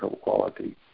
quality